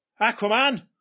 Aquaman